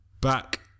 back